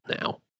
now